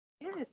Yes